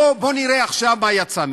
בוא נראה עכשיו מה יצא מזה.